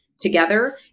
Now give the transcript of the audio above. together